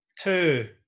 Two